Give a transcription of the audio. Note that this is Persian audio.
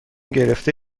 گرفته